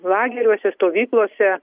lageriuose stovyklose